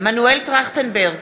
מנואל טרכטנברג,